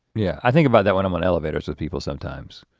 yeah, i think about that when i'm on elevators with people sometimes.